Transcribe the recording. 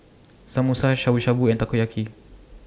Samosa Shabu Shabu and Takoyaki